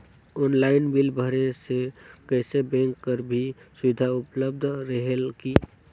Online bill भरे से कइसे बैंक कर भी सुविधा उपलब्ध रेहेल की?